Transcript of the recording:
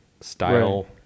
style